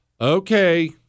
okay